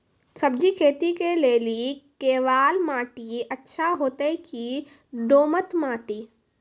सब्जी खेती के लेली केवाल माटी अच्छा होते की दोमट माटी?